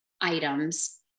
items